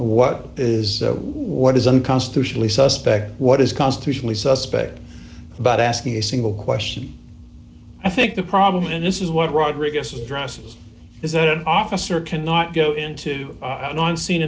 what is what is unconstitutionally suspect what is constitutionally suspect but asking a single question i think the problem in this is what rodriguez addresses is that an officer cannot go into an on scene